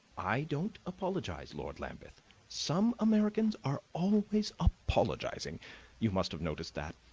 i don't apologize, lord lambeth some americans are always apologizing you must have noticed that.